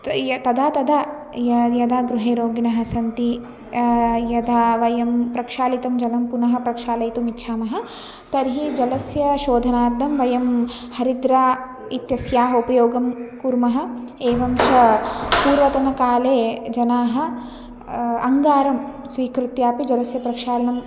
त् य तदा तदा यदा गृहे रोगिणः सन्ति यदा वयं प्रक्षालितं जलं पुनः प्रक्षालयितुम् इच्छामः तर्हि जलस्य शोधनार्थं वयं हरिद्रा इत्यस्याः उपयोगं कुर्मः एवं च पूर्वतनकाले जनाः अङ्गारं स्वीकृत्यापि जलस्य प्रक्षालनम्